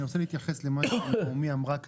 אני רוצה להתייחס למה שנעמי אמרה,